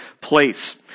place